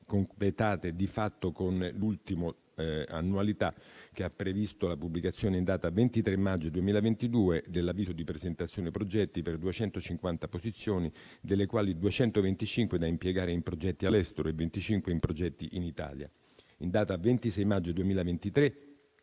completate di fatto con l'ultima, che ha previsto la pubblicazione, in data 23 maggio 2022, dell'avviso di presentazione progetti per 250 posizioni, delle quali 225 da impiegare in progetti all'estero e 25 in progetti in Italia. In data 26 maggio 2023